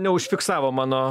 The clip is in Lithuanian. neužfiksavo mano